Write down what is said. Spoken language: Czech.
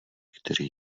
kteří